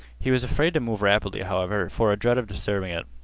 he was afraid to move rapidly, however, for a dread of disturbing it.